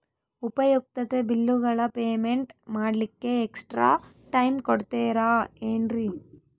ಉಪಯುಕ್ತತೆ ಬಿಲ್ಲುಗಳ ಪೇಮೆಂಟ್ ಮಾಡ್ಲಿಕ್ಕೆ ಎಕ್ಸ್ಟ್ರಾ ಟೈಮ್ ಕೊಡ್ತೇರಾ ಏನ್ರಿ?